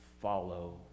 follow